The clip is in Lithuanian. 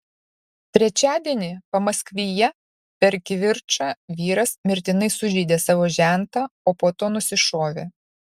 trečiadienį pamaskvyje per kivirčą vyras mirtinai sužeidė savo žentą o po to nusišovė